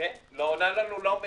"לא עומד בקריטריונים".